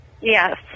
Yes